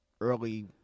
early